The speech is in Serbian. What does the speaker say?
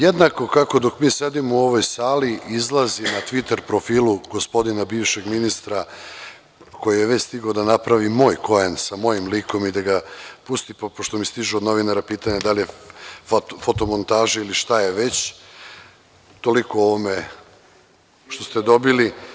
Jednako kako mi sedimo u ovoj sali, izlazi na Tviter profilu gospodina bivšeg ministra, koji je već stigao da napravi moj koen sa mojim likom i da ga pusti, pa pošto mi stižu od novinara pitanja da li je foto montaža ili šta je već, toliko o ovome što ste dobili.